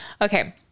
okay